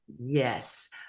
Yes